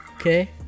okay